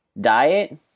diet